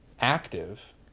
active